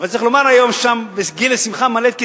אבל צריך לומר היום שם: בגיל ושמחה ימלא את כיסינו.